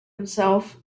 himself